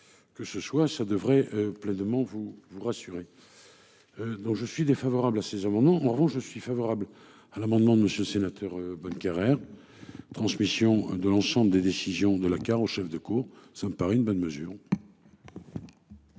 Que ce soit ça devrait pleinement vous vous rassurer. Non je suis défavorable à ces amendements. En revanche, je suis favorable à l'amendement de monsieur sénateur Bonnecarrere. Transmission de l'ensemble des décisions de la aux chefs de cour. Ça me paraît une bonne mesure.